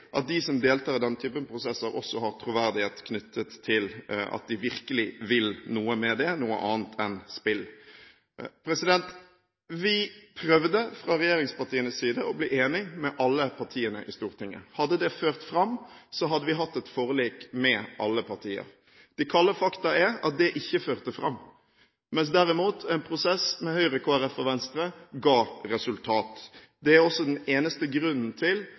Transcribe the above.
at de som deltar i denne typen prosesser, også har troverdighet knyttet til at de virkelig vil noe med det – noe annet enn spill. Vi prøvde fra regjeringspartienes side å bli enige med alle partiene på Stortinget. Hadde dette ført fram, hadde vi hatt et forlik med alle partier. De kalde fakta er at dette ikke førte fram, mens en prosess med Høyre, Kristelig Folkeparti og Venstre derimot ga resultat. Det er den eneste grunnen til